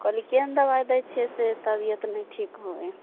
कहली केहन दवाइ दै छियै से तबियत नहि ठीक होय है